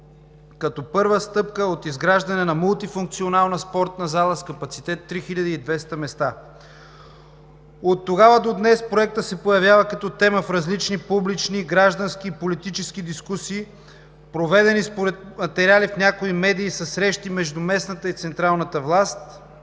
като първа стъпка от изграждане на мултифункционална спортна зала с капацитет 3200 места. От тогава до днес проектът се появява като тема в различни публични, граждански и политически дискусии, проведени според материали в някои медии със срещи между местната и централната власт,